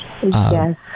Yes